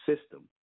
system